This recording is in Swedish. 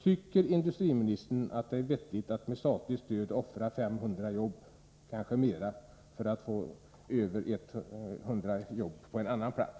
Anser industriministern att det är vettigt att, med statligt stöd, offra 500 jobb — kanske fler — i syfte att skapa drygt 100 arbetstillfällen på en annan ort?